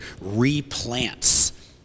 replants